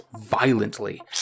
violently